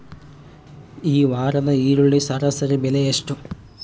ಈ ವಾರದ ಈರುಳ್ಳಿ ಸರಾಸರಿ ಬೆಲೆ ಎಷ್ಟು?